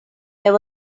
there